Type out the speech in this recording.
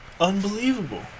Unbelievable